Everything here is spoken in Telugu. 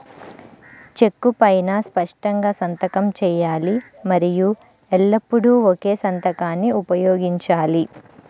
చెక్కు పైనా స్పష్టంగా సంతకం చేయాలి మరియు ఎల్లప్పుడూ ఒకే సంతకాన్ని ఉపయోగించాలి